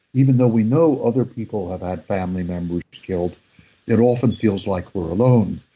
even though we know other people have had family members killed it often feels like we're alone.